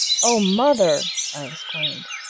oh, mother! i exclaimed.